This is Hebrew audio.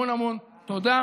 המון המון תודה.